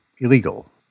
illegal